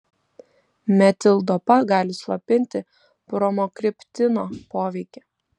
metildopa gali slopinti bromokriptino poveikį